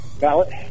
ballot